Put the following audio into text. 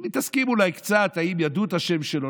מתעסקים אולי קצת אם ידעו את השם שלו,